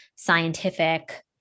scientific